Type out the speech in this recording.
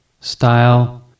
style